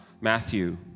Matthew